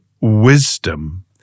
wisdom